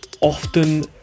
often